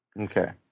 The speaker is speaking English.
Okay